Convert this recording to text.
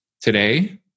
today